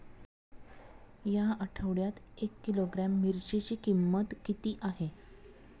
या आठवड्यात एक किलोग्रॅम मिरचीची किंमत किती आहे?